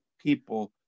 People